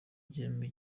igihembo